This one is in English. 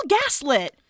gaslit